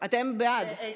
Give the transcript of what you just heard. אתם בעד.